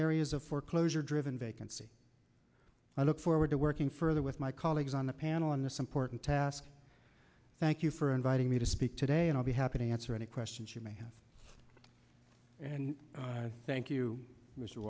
areas of foreclosure driven vacancy i look forward to working further with my colleagues on the panel and the support and task thank you for inviting me to speak today and i'll be happy to answer any questions you may have and thank you